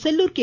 Sellur K